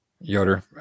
Yoder